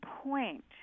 point